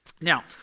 now